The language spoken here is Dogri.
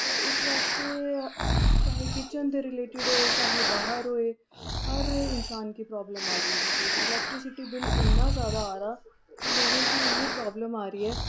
ते इस आस्तै चाहे किचन दे रिलेटड़ होए चाहे बाह्र होए हर इन्सान गी प्राॅब्लम आ दी ऐ इलैक्ट्रसिटी बिल इन्ना जैदा आ दा कि लोकें गी इन्नी प्राॅब्लम आ दी ऐ